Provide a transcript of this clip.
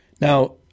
Now